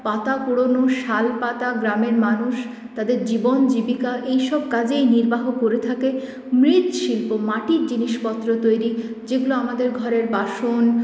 পাতা কুড়োনো শালপাতা গ্রামের মানুষ তাদের জীবন জীবিকা এইসব কাজেই নির্বাহ করে থাকে মৃৎশিল্প মাটির জিনিসপত্র তৈরি যেগুলো আমাদের ঘরের বাসন